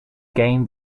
gain